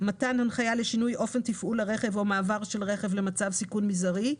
מתן הנחיה לשינוי אופן תפעול הרכב או מעבר של רכב למצב סיכון מזערי,